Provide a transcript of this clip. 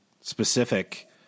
specific